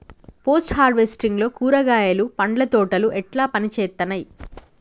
Post harvesting లో కూరగాయలు పండ్ల తోటలు ఎట్లా పనిచేత్తనయ్?